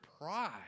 pride